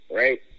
right